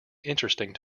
interesting